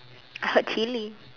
I heard chili